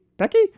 Becky